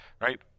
right